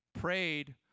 prayed